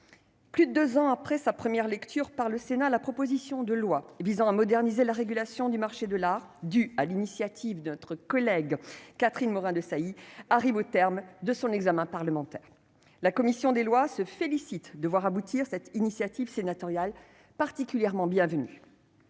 plus de deux ans après sa première lecture par le Sénat, la proposition de loi visant à moderniser la régulation du marché de l'art, dont notre collègue Catherine Morin-Desailly est à l'origine, arrive au terme de son examen parlementaire. La commission des lois se félicite de voir aboutir cette initiative sénatoriale particulièrement bienvenue.